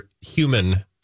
human